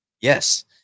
Yes